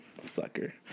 Sucker